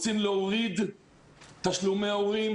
רוצים להוריד תשלומי הורים,